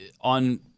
on